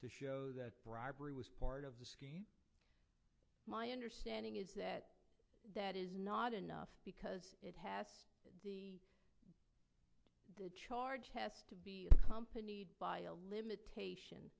to show that bribery was part of the scheme my understanding is that that is not enough because it has the charge has to be accompanied by a limitation